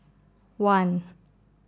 one